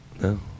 No